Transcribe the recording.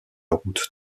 route